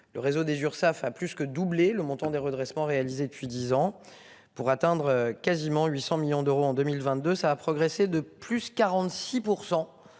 Le réseau des Urssaf a plus que doublé le montant des redressements réalisés depuis 10 ans pour atteindre quasiment 800 millions d'euros en 2022, ça a progressé de plus 46%